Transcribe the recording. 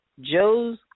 Joe's